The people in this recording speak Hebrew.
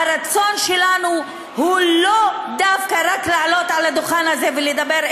והרצון שלנו הוא לא דווקא רק לעלות על הדוכן הזה ולדבר,